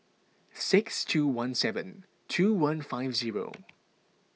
six two one seven two one five zero